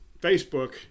facebook